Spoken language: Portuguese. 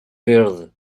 verde